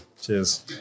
Cheers